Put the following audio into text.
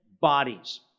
bodies